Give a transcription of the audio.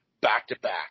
back-to-back